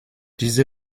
diese